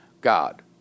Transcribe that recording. God